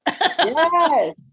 Yes